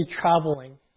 traveling